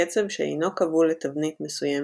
קצב שאינו כבול לתבנית מסוימת,